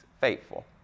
faithful